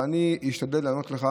אבל אני אשתדל לענות לך